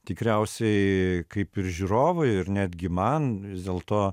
tikriausiai kaip ir žiūrovai ir netgi man vis dėlto